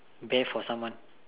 bear for someone